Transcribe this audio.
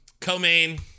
Co-main